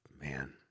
Man